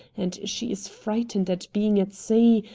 and she's frightened at being at sea,